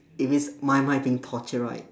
if it's my mind being torture right